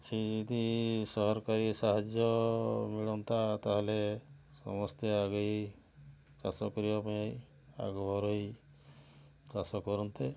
ସେହି ଯଦି ସରକାରୀ ସାହାଯ୍ୟ ମିଳନ୍ତା ତା'ହେଲେ ସମସ୍ତେ ଆଗେଇ ଚାଷ କରିବା ପାଇଁ ଆଗଭର ହୋଇ ଚାଷ କରନ୍ତେ